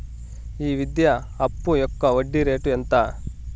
ఈ విద్యా అప్పు యొక్క వడ్డీ రేటు ఎంత?